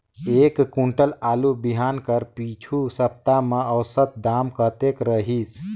एक कुंटल आलू बिहान कर पिछू सप्ता म औसत दाम कतेक रहिस?